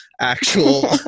actual